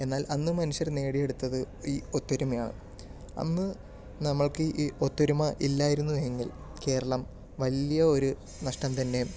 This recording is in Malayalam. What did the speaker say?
എന്നാൽ അന്ന് മനുഷ്യർ നേടിയെടുത്തത് ഈ ഒത്തൊരുമയാണ് അന്ന് നമ്മൾക്ക് ഈ ഒത്തൊരുമ ഇല്ലായിരുന്നു എങ്കിൽ കേരളം വലിയ ഒരു നഷ്ടം തന്നെ